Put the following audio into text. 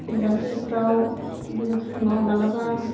बेलासिफ्राव बेदिनो फुङाव माब्लाबा